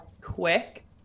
quick